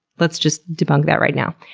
let's just debunk that right now.